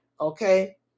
okay